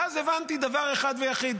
ואז הבנתי דבר אחד ויחיד,